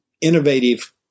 innovative